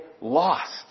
lost